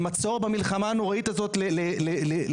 אנחנו במצור במלחמה הנוראית הזאת לדירות,